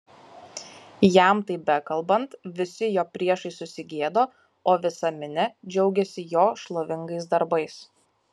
jam tai bekalbant visi jo priešai susigėdo o visa minia džiaugėsi jo šlovingais darbais